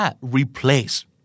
Replace